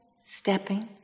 stepping